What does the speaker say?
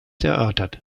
erörtert